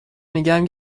میگم